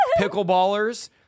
pickleballers